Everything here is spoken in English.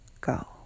go